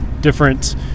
different